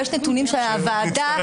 ויש נתונים שהוועדה תצטרך לדרוש אותם.